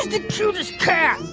the cutest cat?